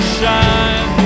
shine